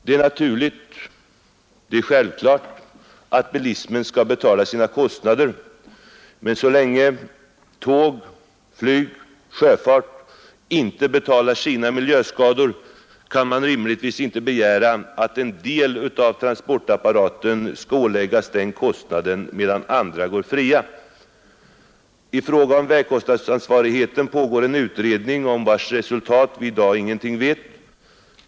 Det är självklart att bilismen skall betala sina kostnader, men så länge tåg, flyg och sjöfart inte betalar sina miljöskador kan man rimligtvis inte begära att en del av transportapparaten skall åläggas den kostnaden, medan andra går fria. I fråga om vägkostnadsansvarigheten pågår en utredning om vars resultat vi i dag ingenting vet.